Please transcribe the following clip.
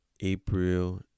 April